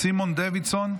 סימון דוידסון,